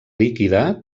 líquida